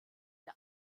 der